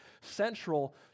central